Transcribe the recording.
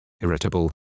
irritable